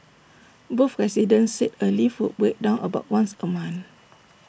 both residents said A lift would break down about once A month